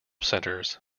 centres